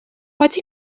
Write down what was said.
wedi